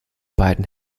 beiden